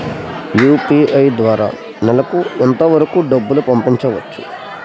UPI ద్వారా నెలకు ఎంత వరకూ డబ్బులు పంపించవచ్చు?